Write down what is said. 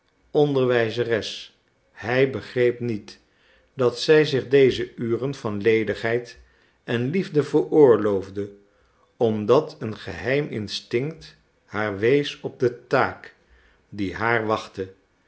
onderwijzeres hij begreep niet dat zij zich deze uren van ledigheid en liefde veroorloofde omdat een geheim instinct haar wees op de taak die haar wachtte